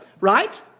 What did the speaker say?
right